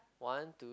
one two